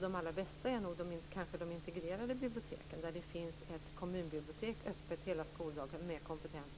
De allra bästa är nog de integrerade biblioteken, där det finns ett kommunbibliotek öppet hela dagen med kompetent